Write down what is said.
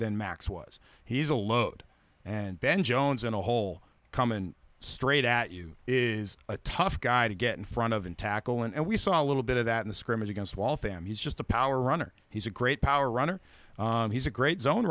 than max was he's a load and ben jones in a hole come in straight at you is a tough guy to get in front of and tackle and we saw a little bit of that in the scrimmage against waltham he's just a power runner he's a great power runner he's a great zone